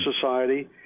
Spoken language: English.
society